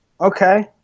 Okay